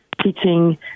teaching